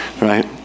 right